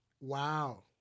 wow